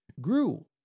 grew